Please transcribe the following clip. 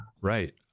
Right